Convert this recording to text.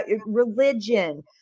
religion